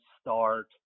start